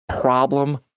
problem